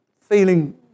feeling